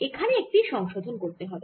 এখানে একটি সংশোধন করতে হবে